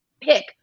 pick